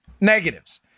Negatives